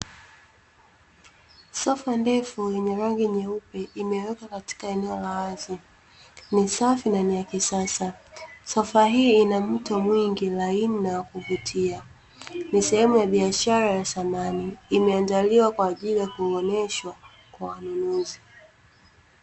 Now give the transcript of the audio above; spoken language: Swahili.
Sofa ndefu yenye rangi nyeupe, imewekwa katika eneo la wazi, ni safi na ni ya kisasa. Sofa hii ina mito mingi, laini na yakuvutia. Ni sehemu ya biashara ya samani, imeandaliwa kwa ajili ya kuonyweshwa kwa wanunuzi.